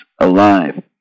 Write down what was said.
alive